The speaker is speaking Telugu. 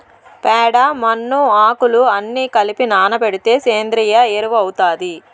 ప్యాడ, మన్ను, ఆకులు అన్ని కలసి నానబెడితే సేంద్రియ ఎరువు అవుతాది